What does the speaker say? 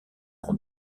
rend